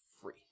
free